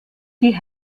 die